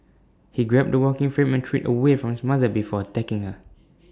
he grabbed the walking frame and threw IT away from his mother before attacking her